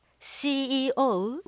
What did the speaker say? CEO